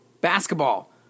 Basketball